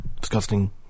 Disgusting